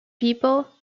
people